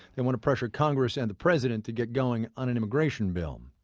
they want to pressure congress and the president to get going on an immigration bill.